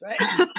right